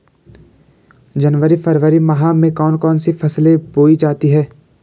जनवरी फरवरी माह में कौन कौन सी फसलें बोई जाती हैं?